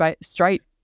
straight